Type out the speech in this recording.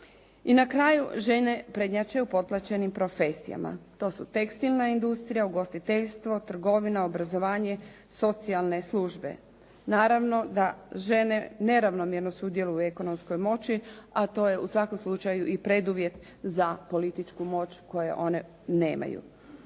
I na kraju žene prednjače u potplaćenim profesijama. To su tekstilna industrija, ugostiteljstvo, trgovina, obrazovanje, socijalne službe. Naravno da žene neravnomjerno sudjeluju u ekonomskoj moći, a to je u svakom slučaju preduvjet za političku moć koju one nemaju.